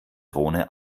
drohne